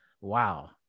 wow